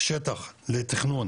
שטח לתכנון